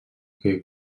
que